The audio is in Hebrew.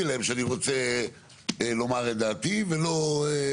להם שאני רוצה לומר את דעתי ולא...".